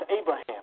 Abraham